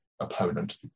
opponent